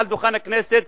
מעל דוכן הכנסת,